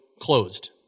closed